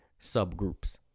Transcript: subgroups